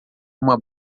uma